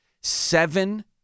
seven